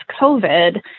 COVID